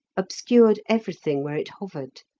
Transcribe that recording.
obscured everything where it hovered.